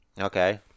Okay